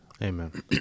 Amen